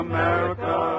America